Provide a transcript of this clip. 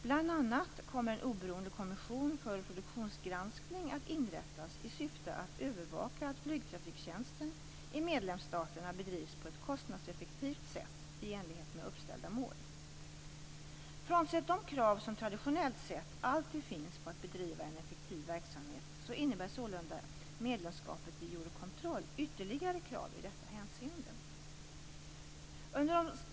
Bl.a. kommer en oberoende kommission för produktionsgranskning att inrättas i syfte att övervaka att flygtrafiktjänsten i medlemsstaterna bedrivs på ett kostnadseffektivt sätt i enlighet med uppställda mål. Frånsett de krav som traditionellt sett alltid finns på att bedriva en effektiv verksamhet så innebär sålunda medlemskapet i Eurocontrol ytterligare krav i detta hänseende.